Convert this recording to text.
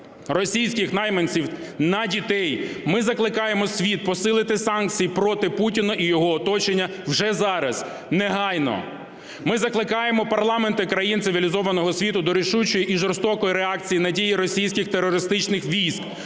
російських найманців на дітей, ми закликаємо світ посилити санкції проти Путіна і його оточення, вже зараз, негайно. Ми закликаємо парламенти країн цивілізованого світу до рішучої і жорстокої реакції на дії російських терористичних військ.